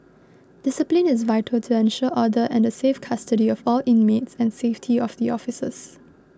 discipline is vital to ensure order and the safe custody of all inmates and safety of the officers